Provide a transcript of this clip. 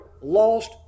lost